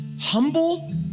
humble